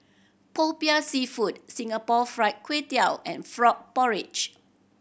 Popiah Seafood Singapore Fried Kway Tiao and frog porridge